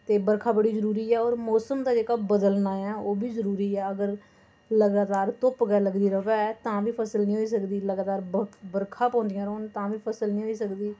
ते बरखा बड़ी जरूरी ऐ होर मौसम दा जेह्का बदलना ऐ ओह् बी जरूरी ऐ अगर लगातार धुप्प गै लगदी र'वै तां बी फसल निं होई सकदी लगातार बरखा लगदियां रौह्न तां बी फसल निं होई सकदी